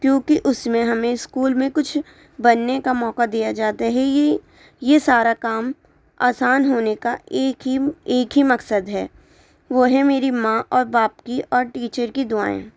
کیونکہ اس میں ہمیں اسکول میں کچھ بننے کا موقع دیا جاتا ہے یہ یہ سارا کام آسان ہونے کا ایک ہی ایک ہی مقصد ہے وہ ہے میری ماں اور باپ کی اور ٹیچر کی دعائیں